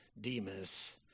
Demas